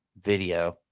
video